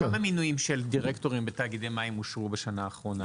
כמה מינויים של דירקטורים בתאגידי מים אושרו בשנה האחרונה?